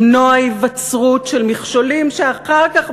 למנוע היווצרות של מכשולים שאחר כך,